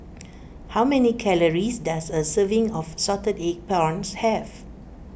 how many calories does a serving of Salted Egg Prawns have